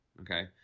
Okay